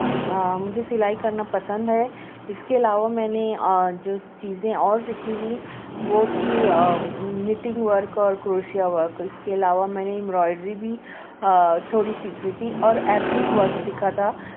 مجھے سلائی کرنا پسند ہے اس کے علاوہ میں نے جو چیزیں اور سیکھی تھیں وہ تھیں نیٹنگ ورک اور قریشیا ورک اس کے علاوہ میں نے امبرائڈری بھی تھوڑی سیکھی تھی اور ایپلک ورک سیکھا تھا